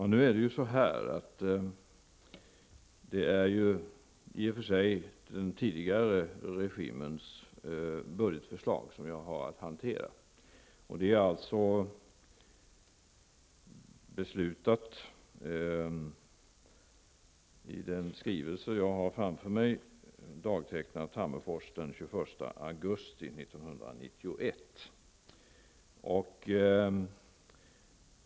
Herr talman! Det är i och för sig den tidigare regimens budgetförslag som vi har att hantera, och det är beslutat i den skrivelse jag har framför mig, dagtecknat Tammerfors den 21 augusti 1991.